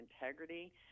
integrity